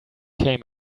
came